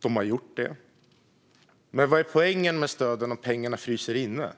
Det har man gjort, men vad är poängen med stöden om pengarna fryser inne?